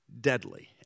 deadly